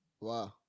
Wow